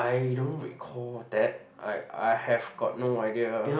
I don't recall that I I have got no idea